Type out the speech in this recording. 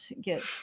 get